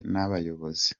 n’abayobozi